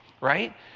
right